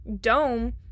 dome